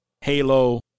Halo